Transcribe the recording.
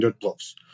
blocks